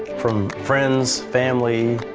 from friends, family,